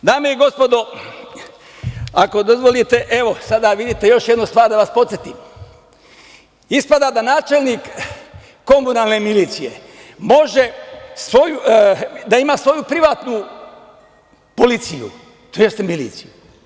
Dame i gospodo, ako dozvolite, evo, sada vidite, još jednu stvar da vas podsetim, ispada da načelnik komunalne milicije može da ima svoju privatnu policiju, tj. miliciju.